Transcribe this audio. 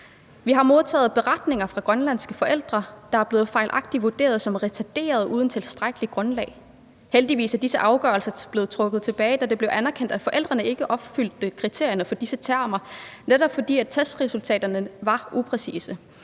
Vi har modtaget beretninger fra grønlandske forældre, der fejlagtigt er blevet vurderet som retarderede uden tilstrækkeligt grundlag. Heldigvis er disse afgørelser blevet trukket tilbage, da det blev anerkendt, at forældrene ikke opfyldte kriterierne for disse termer, netop fordi testresultaterne var upræcise.